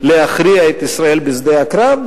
להכריע את ישראל בשדה הקרב,